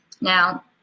Now